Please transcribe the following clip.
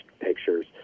pictures